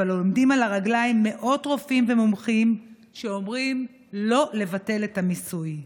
אבל עומדים על הרגליים מאות רופאים ומומחים שאומרים לא לבטל את המיסוי.